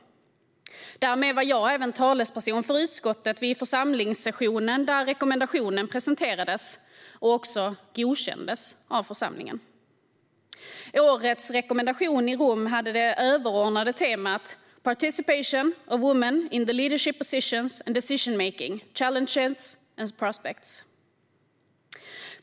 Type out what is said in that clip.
Därmed var jag även talesperson för utskottet vid församlingssessionen, där rekommendationen presenterades och också godkändes av församlingen. Årets rekommendation i Rom hade det överordnade temat Participation of women in the leadership positions and decision making: Challenges and prospects.